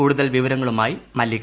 കൂടുതൽ വിവരങ്ങളുമായി മല്ലിക